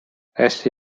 essi